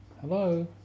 Hello